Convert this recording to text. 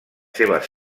seves